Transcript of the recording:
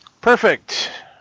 Perfect